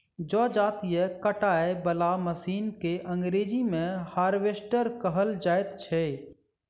जजाती काटय बला मशीन के अंग्रेजी मे हार्वेस्टर कहल जाइत छै